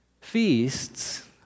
feasts